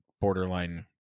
borderline